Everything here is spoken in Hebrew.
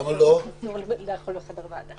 אסור לאכול בחדר ועדה.